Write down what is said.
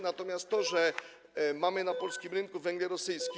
Natomiast to, że mamy na polskim rynku węgiel rosyjski.